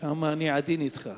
כמה אני עדין אתך.